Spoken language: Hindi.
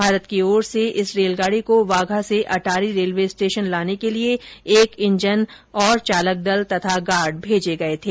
भारत की ओर से इस रेलगाड़ी को वाघा से अटारी रेलवे स्टेशन लाने के लिए एक इंजन और चालक दल तथा गार्ड भेजे गए थे